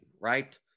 right